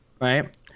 Right